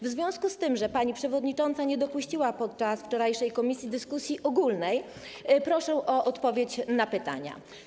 W związku z tym, że pani przewodnicząca nie dopuściła podczas wczorajszego posiedzenia komisji do dyskusji ogólnej, proszę o odpowiedź na pytania: